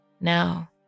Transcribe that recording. now